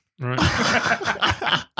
Right